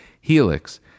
Helix